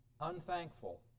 unthankful